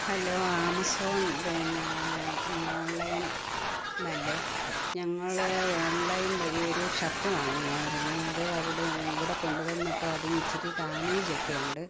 hello Amazon പിന്നെ online അല്ലേ ഞങ്ങൾ ഓൺലൈൻ വഴി ഒരു ഷർട്ട് വാങ്ങിയായിരുന്നു അത് അവിടെ ഇവിടെ കൊണ്ടു വന്നപ്പോൾ അതിന് ഇച്ചിരി ഡാമേജൊക്കെയുണ്ട്